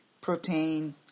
protein